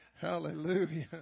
Hallelujah